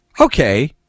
okay